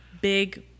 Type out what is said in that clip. big